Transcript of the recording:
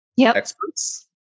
experts